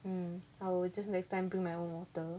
mm I will just next time bring my own water